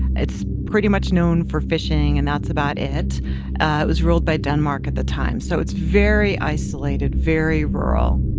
it's pretty much known for fishing, and that's about it. it was ruled by denmark at the time. so it's very isolated, very rural